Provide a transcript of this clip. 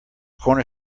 corner